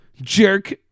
Jerk